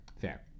Fair